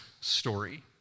story